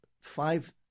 five